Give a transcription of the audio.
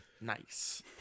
nice